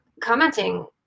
commenting